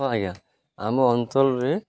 ହଁ ଆଜ୍ଞା ଆମ ଅଞ୍ଚଳରେ